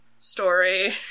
Story